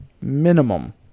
minimum